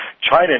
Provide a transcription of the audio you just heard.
China